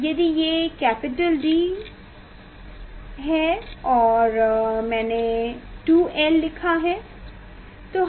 यदि ये capital D है और यहाँ मैंने 2L लिखा है